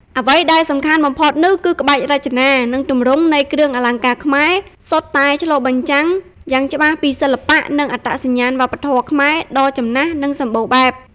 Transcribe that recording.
អ្វីដែលសំខាន់បំផុតនោះគឺ ក្បាច់រចនា និងទម្រង់នៃគ្រឿងអលង្ការខ្មែរ សុទ្ធតែឆ្លុះបញ្ចាំងយ៉ាងច្បាស់ពី សិល្បៈ និងអត្តសញ្ញាណវប្បធម៌ខ្មែរដ៏ចំណាស់ និងសម្បូរបែប។